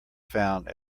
found